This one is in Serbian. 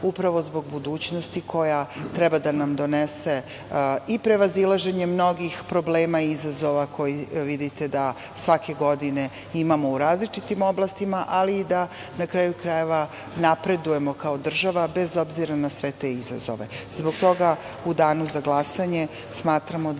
upravo zbog budućnosti koja treba da nam donese i prevazilaženjem mnogih problema i izazova koji, vidite da svake godine imamo u različitim oblastima, ali i da napredujemo kao država, bez obzira na sve te izazove. Zbog toga, u danu za glasanje, smatramo